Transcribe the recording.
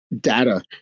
data